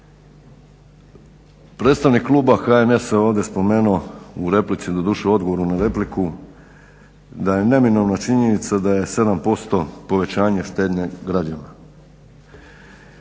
Predstavnik kluba HNS-a je ovdje spomenuo u replici, doduše odgovoru na repliku da je neminovna činjenica da je 7% povećanje štednje građana.